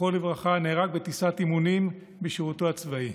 זכרו לברכה, נהרג בטיסת אימונים בשירותו הצבאי.